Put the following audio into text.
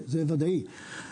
זה ודאי.